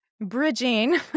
bridging